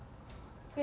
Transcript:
cause ya